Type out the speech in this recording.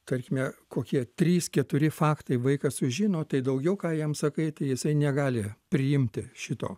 tarkime kokie trys keturi faktai vaikas sužino tai daugiau ką jam sakai tai jisai negali priimti šito